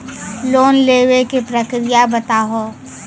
Loan लेवे के प्रक्रिया बताहू?